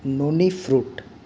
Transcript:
noni fruit